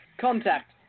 Contact